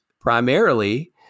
primarily